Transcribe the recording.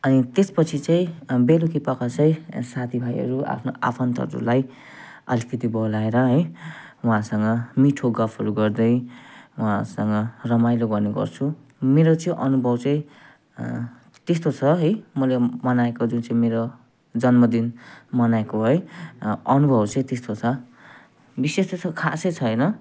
अनि त्यसपछि चाहिँ बेलुकीपख चाहिँ साथीभाइहरू आफ्नो आफन्तहरूलाई अलिकति बोलाएर है उहाँहरूसँग मिठो गफहरू गर्दै उहाँहरूसँग रमाइलो गर्ने गर्छु मेरो चाहिँ अनुभव चाहिँ त्यस्तो छ है मैले मनाएको जुन चाहिँ मेरो जन्मदिन मनाएको है अनुभव चाहिँ त्यस्तो छ विशेष त्यस्तो खासै छैन